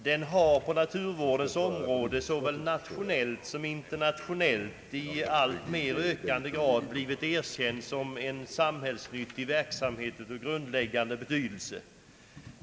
Den har på naturvårdens område såväl nationellt som internationellt i alltmer ökande grad blivit erkänd som företrädare för en samhällsnyttig verksamhet av grundläggande betydelse.